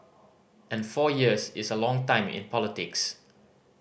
and four years is a long time in politics